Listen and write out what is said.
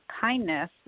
kindness